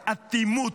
באטימות,